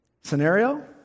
Scenario